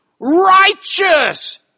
righteous